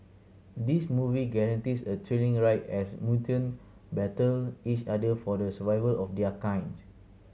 this movie guarantees a thrilling ride as mutant battle each other for the survival of their kind